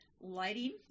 lighting